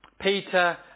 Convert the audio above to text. Peter